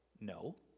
No